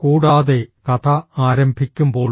കൂടാതെ കഥ ആരംഭിക്കുമ്പോൾ